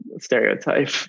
stereotype